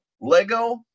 LEGO